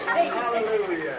Hallelujah